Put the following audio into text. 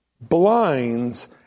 blinds